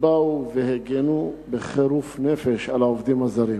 באו והגנו בחירוף נפש על העובדים הזרים,